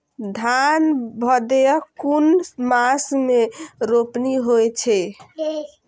धान भदेय कुन मास में रोपनी होय छै?